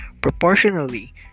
proportionally